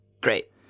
Great